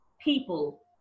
people